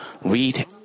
read